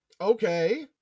Okay